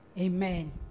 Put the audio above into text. Amen